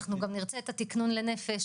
אנחנו גם נרצה את התקנון לנפש.